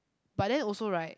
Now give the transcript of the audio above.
but then also right